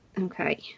Okay